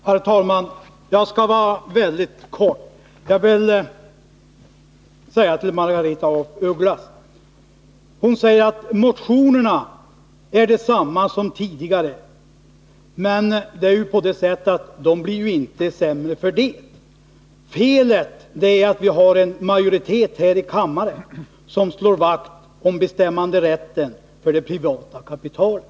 Herr talman! Jag skall fatta mig mycket kort. Margaretha af Ugglas säger att våra motioner är desamma som de tidigare. Förslagen blir ju inte sämre för det. Felet är att vi har en majoritet här i kammaren som slår vakt om bestämmanderätten för det privata kapitalet.